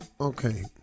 Okay